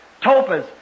topaz